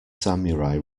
samurai